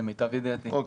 למיטב ידיעתי, כן.